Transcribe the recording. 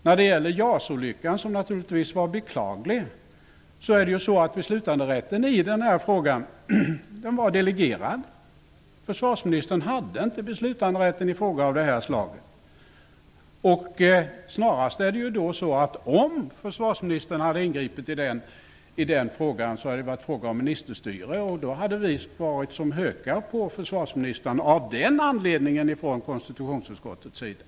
När det gäller JAS-olyckan, som naturligtvis var beklaglig, var beslutanderätten i frågan delegerad. Försvarsministern hade inte beslutanderätt i en fråga av detta slag. Om försvarsministern hade ingripit i frågan hade det snarare varit fråga om ministerstyre, och då hade vi från konstitutionsutskottets sida av den anledningen varit som hökar på försvarsministern.